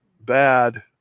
Bad